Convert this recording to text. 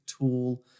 tool